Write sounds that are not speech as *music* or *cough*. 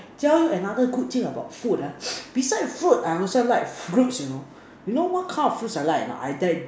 tell you another good thing about food ah *noise* beside food I also like fruits you know you know what kind of fruits I like or not I like